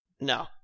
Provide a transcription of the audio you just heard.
No